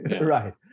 Right